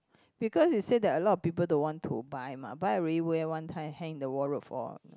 because you say that a lot of people don't want to buy mah buy already wear one time hang in the wardrobe for